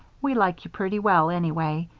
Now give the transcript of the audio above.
we like you pretty well, anyway,